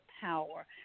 power